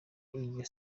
iryo